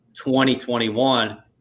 2021